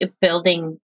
building